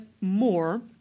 more